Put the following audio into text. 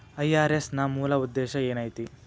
IRS ನ ಮೂಲ್ ಉದ್ದೇಶ ಏನೈತಿ?